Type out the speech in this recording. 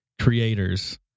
creators